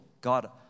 God